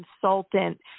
consultant